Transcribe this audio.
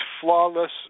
flawless